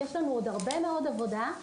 יש לנו עוד הרבה מאוד עבודה,